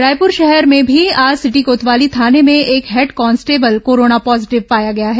रायपुर शहर में भी आज सिटी कोतवाली थाने में एक हेड कॉन्सटेबल कोरोना पॉजीटिव पाया गया है